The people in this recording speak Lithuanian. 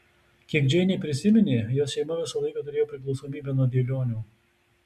kiek džeinė prisiminė jos šeima visą laiką turėjo priklausomybę nuo dėlionių